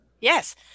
yes